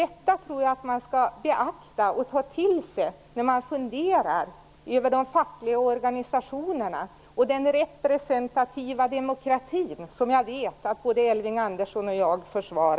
Detta tror jag att man skall beakta och ta till sig när man funderar över de fackliga organisationerna och den representativa demokrati som både Elving Andersson och jag försvarar.